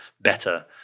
better